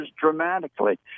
dramatically